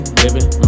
living